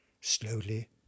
Slowly